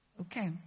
Okay